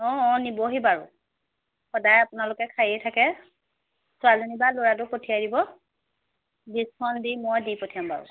অঁ অঁ নিবহি বাৰু সদায় আপোনালোকে খায়েই থাকে ছোৱালীজনী বা ল'ৰাটো পঠিয়াই দিব ডিচকাউণ্ট দি মই দি পঠিয়াম বাৰু